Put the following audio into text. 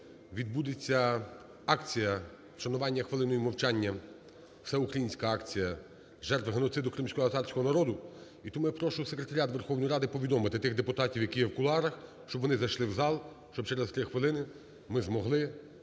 відбудеться акція вшанування хвилиною мовчання, Всеукраїнська акція, жертв геноциду кримськотатарського народу. І тому я прошу секретаріат Верховної Ради повідомити тих депутатів, які є в кулуарах, щоб вони зайшли в зал, щоб через три хвилини ми змогли